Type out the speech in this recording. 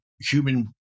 human